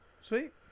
Sweet